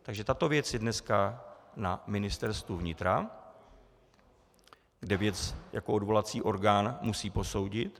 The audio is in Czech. Takže tato věc je dnes na Ministerstvu vnitra, kde věc jako odvolací orgán musí posoudit.